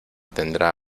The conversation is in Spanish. tendrá